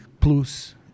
plus